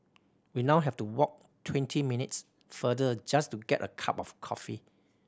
we now have to walk twenty minutes further just to get a cup of coffee